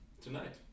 Tonight